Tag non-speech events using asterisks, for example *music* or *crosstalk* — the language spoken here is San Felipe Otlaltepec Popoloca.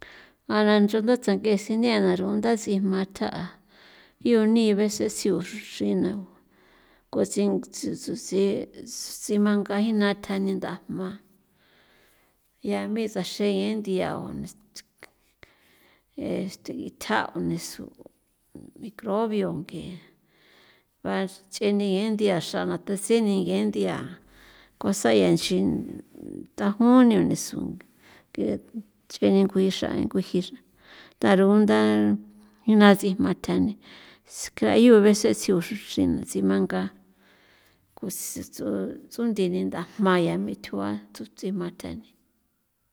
A na ncho ndats'ake sinea runda sijma tha'a yo ni vece tsi'o xru'i na gu kotsin tsi tsu si simankan jina thja ni ntha jma ya misaxen ge nthia *noise* este itja' o nisu' microbio nge bach'e ni'e nthia xra na tasi ni ge nthia cosa ya nchi *noise* tajuni o nison ch'e ninguixa nkjui xa ta rugunda ina sijma tha ni skrayu vece tsi'u nche xruxin na tsimankan ku tsi ts'o ts'undi ni nda jma ya me thjua tsutsi thani.